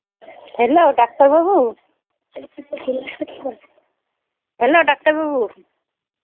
hello ডাক্তারবাবু hello ডাক্তারবাবু